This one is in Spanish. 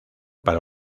para